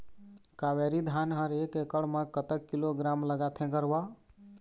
कावेरी धान हर एकड़ म कतक किलोग्राम लगाथें गरवा?